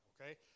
okay